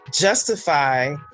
justify